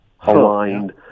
aligned